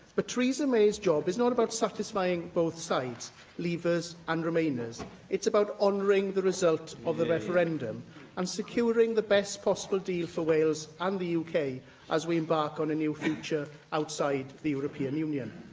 but theresa may's job is not about satisfying both sides leavers and remainers it's about honouring the result of the referendum and securing the best possible deal for wales and the uk as we embark on a new future outside the european union.